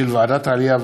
של ועדת העלייה,